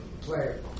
Player